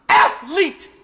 athlete